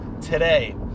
today